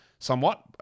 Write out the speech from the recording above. Somewhat